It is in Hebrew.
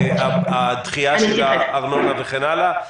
הדחייה של הארנונה וכן הלאה.